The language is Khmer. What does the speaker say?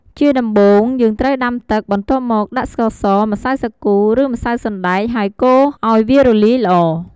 ជាដំបូង យើងត្រូវដាំទឹក បន្ទាប់មក ដាក់ស្ករស ម្សៅសាគូ ឬ ម្សៅសណ្តែក ហើយកូរឱ្យវារលាយល្អ។